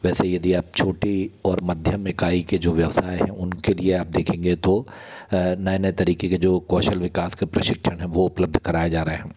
वैसे यदि आप छोटी और मध्यम इकाई के जो व्यवसाय हैं उनके लिए आप देखेंगे तो नए नए तरीक़े के जो कौशल विकास के प्रशिक्षण हैं वो उपलब्ध कराया जा रहे है